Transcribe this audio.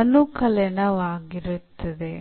ಅನುಕಲನವಾಗಿರುತ್ತದೆ